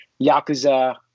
Yakuza